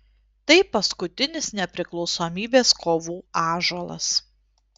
tai paskutinis nepriklausomybės kovų ąžuolas